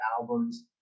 albums